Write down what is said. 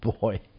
Boy